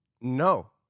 No